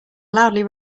loudly